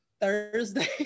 Thursday